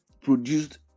produced